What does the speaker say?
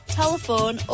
telephone